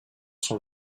son